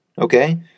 okay